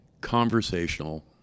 conversational